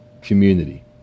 community